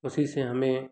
उसी से हमें